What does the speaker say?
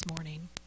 morning